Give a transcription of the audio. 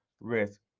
risk